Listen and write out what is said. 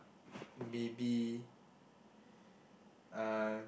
maybe uh